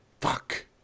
Fuck